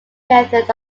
method